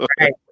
Right